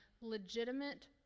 legitimate